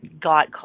got